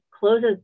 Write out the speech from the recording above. closes